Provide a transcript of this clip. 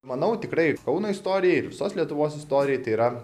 manau tikrai ir kauno istorijai ir visos lietuvos istorijai tai yra